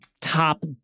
top